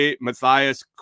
Matthias